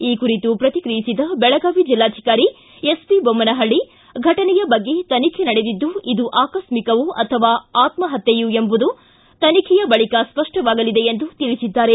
ಈ ಕುರಿತು ಪ್ರತಿಕ್ರಿಯಿಸಿದ ಬೆಳಗಾವಿ ಜಿಲ್ಲಾಧಿಕಾರಿ ಫಟನೆಯ ಬಗ್ಗೆ ತನಿಖೆ ನಡೆದಿದ್ದು ಇದು ಆಕಸ್ಮಿಕವೋ ಅಥವಾ ಆತ್ಮಹತ್ವೆಯೇ ಎಂಬುದು ತನಿಖೆಯ ಬಳಿಕ ಸ್ವಷ್ಟವಾಗಲಿದೆ ಎಂದು ತಿಳಿಸಿದ್ದಾರೆ